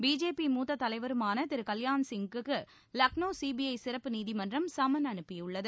BJP மூத்த தலைவருமான திரு கவ்யாண்சிங்குக்கு லக்னோ சிபிஐ சிறப்பு நீதிமன்றம் சம்மன் அனுப்பியுள்ளது